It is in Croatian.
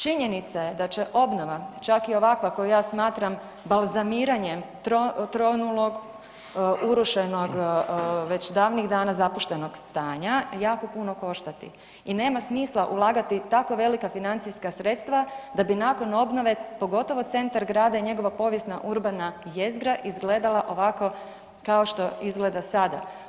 Činjenica je da će obnova čak i ovakva koju ja smatram balzamiranjem tronulog, urušenog već davnih dana zapuštenog stanja jako puno koštati i nema smisla ulagati tako velika financijska sredstva da bi nakon obnove pogotovo centar grada i njegova povijesna urbana jezgra izgledala ovako kao što izgleda sada.